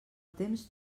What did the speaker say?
temps